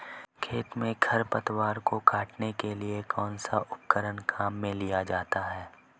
खेत में खरपतवार को काटने के लिए कौनसा उपकरण काम में लिया जाता है?